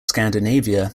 scandinavia